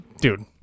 dude